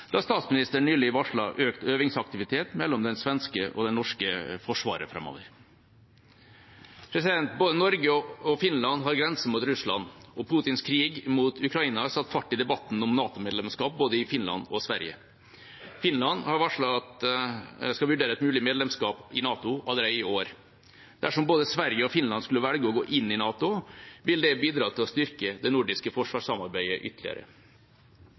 da statsministeren nylig varslet økt øvingsaktivitet mellom det svenske og det norske forsvaret framover. Både Norge og Finland har grense mot Russland, og Putins krig mot Ukraina har satt fart i debatten om NATO-medlemskap både i Finland og i Sverige. Finland har varslet at de skal vurdere et mulig medlemskap i NATO allerede i år. Dersom både Sverige og Finland skulle velge å gå inn i NATO, vil det bidra til å styrke det nordiske forsvarssamarbeidet ytterligere.